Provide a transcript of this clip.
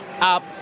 up